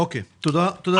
אוקיי, תודה רבה.